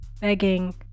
begging